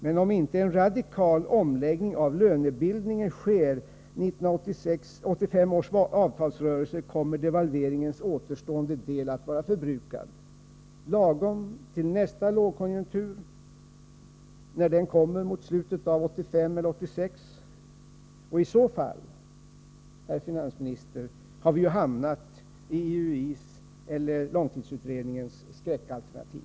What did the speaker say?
Men om inte en radikal omläggning av lönebildningen sker i 1985 års avtalsrörelse kommer devalveringens återstående del att vara förbrukad lagom till nästa lågkonjunktur, när den kommer mot slutet av 1985 eller under 1986. I så fall, herr finansminister, har vi hamnat i TIUI:s och långtidsutredningens skräckalternativ.